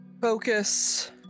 Focus